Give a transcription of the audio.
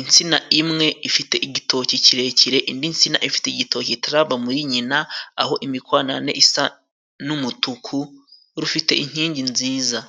Insina imwe ifite igitoki kirekire indi nsina ifite igitoki kitarava muri nyina, aho imikanana isa n'umutuku rufite inkingi nziza.